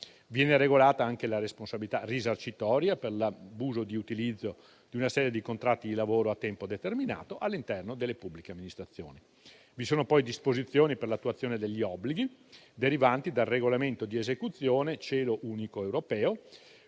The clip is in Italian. Viene regolata anche la responsabilità risarcitoria per l'abuso di utilizzo di una serie di contratti di lavoro a tempo determinato all'interno delle pubbliche amministrazioni. Vi sono poi disposizioni per l'attuazione degli obblighi derivanti dal regolamento di esecuzione Cielo unico europeo